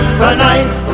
Tonight